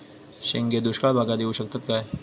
शेंगे दुष्काळ भागाक येऊ शकतत काय?